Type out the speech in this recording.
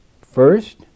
first